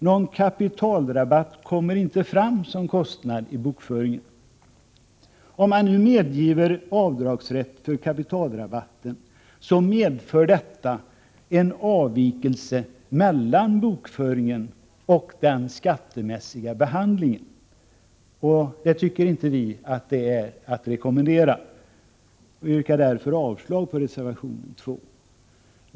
Någon kapitalrabatt kommer inte fram som kostnad i bokföringen. Om man nu medgiver avdragsrätt för kapitalrabatten, medför detta en avvikelse mellan bokföringen och den skattemässiga behandlingen, vilket inte kan vara att rekommendera. Utskottet avvisar också detta förslag.